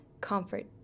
comfort